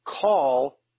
call